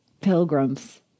pilgrims